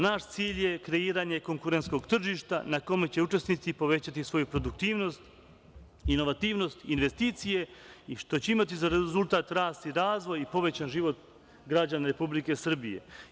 Naš cilj je kreiranje konkurentskog tržišta na kome će učesnici povećati svoju produktivnost, inovativnost, investicije i što će imati za rezultat rast i razvoj i povećan život građana Republike Srbije.